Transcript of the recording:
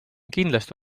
kindlasti